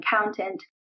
accountant